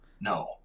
No